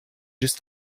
just